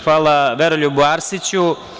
Hvala Veroljubu Arsiću.